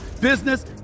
business